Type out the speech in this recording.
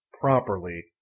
properly